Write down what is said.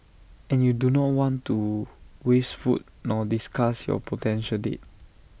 and you do not want to waste food nor disgust your potential date